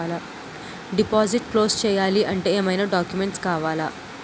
Deposit close చేయాలి అంటే ఏమైనా డాక్యుమెంట్స్ కావాలా?